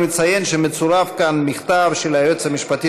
אני מציין שמצורף כאן מכתב של היועץ המשפטי